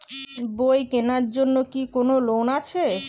বই কেনার জন্য কি কোন লোন আছে?